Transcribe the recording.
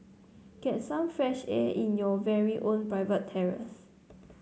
get some fresh air in your very own private terrace